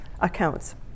accounts